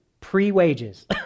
pre-wages